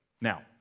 Now